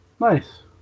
Nice